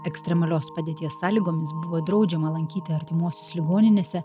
ekstremalios padėties sąlygomis buvo draudžiama lankyti artimuosius ligoninėse